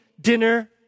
dinner